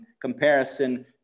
comparison